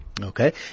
Okay